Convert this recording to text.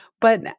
But-